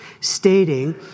stating